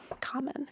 common